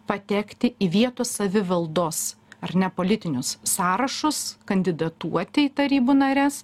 patekti į vietos savivaldos ar ne politinius sąrašus kandidatuoti į tarybų nares